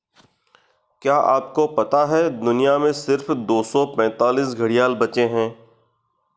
क्या आपको पता है दुनिया में सिर्फ दो सौ पैंतीस घड़ियाल बचे है?